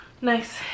nice